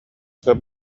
сөп